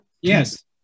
Yes